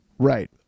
Right